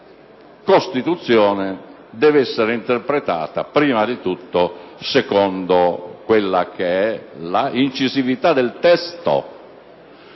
la Costituzione deve essere interpretata prima di tutto secondo l'incisività del testo